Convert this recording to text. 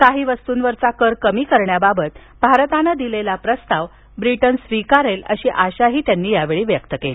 काही वस्तूंवरील कर कमी करण्याबाबत भारतानं दिलेला प्रस्ताव ब्रिटन स्वीकारेल अशी आशाही त्यांनी यावेळी व्यक्त केली